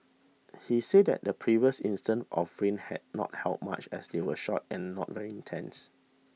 he said that the previous instances of rain had not helped much as they were short and not very intense